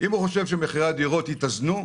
אם הוא חושב שמחירי הדירות יתאזנו,